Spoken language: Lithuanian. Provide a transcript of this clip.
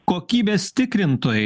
kokybės tikrintojai